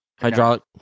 hydraulic